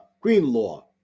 Greenlaw